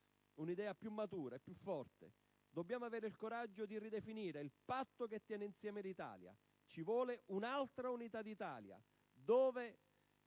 idea, più matura e più forte. Dobbiamo avere il coraggio di ridefinire il patto che tiene insieme l'Italia. Ci vuole un'altra unità d'Italia,